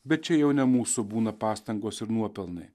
bet čia jau ne mūsų būna pastangos ir nuopelnai